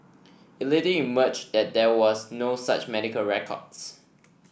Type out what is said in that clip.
it later emerged that there was no such medical records